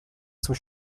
zum